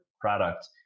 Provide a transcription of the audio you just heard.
product